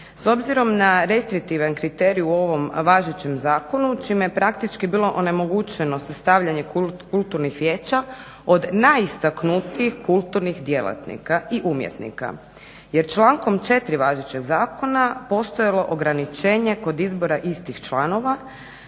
s obzirom na restriktivan kriterij u ovom važećem zakonu čime je praktički bilo onemogućeno sastavljanje kulturnih vijeća od najistaknutijih kulturnih djelatnika i umjetnika. Jer člankom 4. važećeg zakona postojalo je ograničenje kod izbora istih članova,